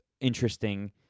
interesting